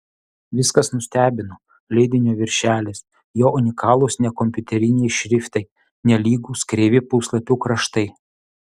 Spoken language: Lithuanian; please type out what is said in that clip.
viskas nustebino leidinio viršelis jo unikalūs nekompiuteriniai šriftai nelygūs kreivi puslapių kraštai